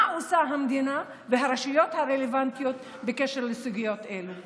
מה עושות המדינה והרשויות הרלוונטיות בקשר לסוגיות אלו?